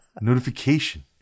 notification